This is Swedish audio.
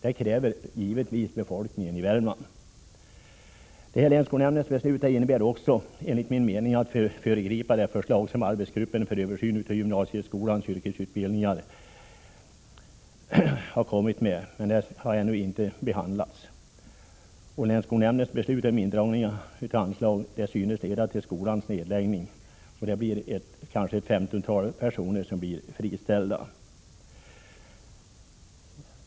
Det kräver givetvis befolkningen i Värmland. Länsskolnämndens beslut innebär enligt min mening också att man föregriper det förslag som arbetsgruppen för översyn av den gymnasiala yrkesutbildningen kommit med men som ännu inte behandlats. Länsskolnämndens beslut om indragning av anslag synes leda till skolans nedläggning. Kanske ett femtontal personer blir friställda.